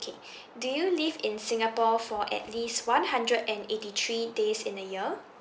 okay do you live in singapore for at least one hundred and eighty three days in a year